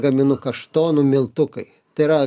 gaminu kaštonų miltukai tai yra